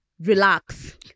relax